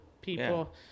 people